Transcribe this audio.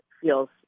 feels